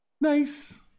nice